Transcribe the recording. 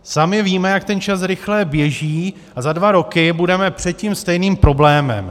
Sami víme, jak ten čas rychle běží, a za dva roky budeme před tím stejným problémem.